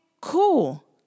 cool